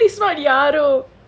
that is what the